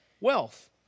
wealth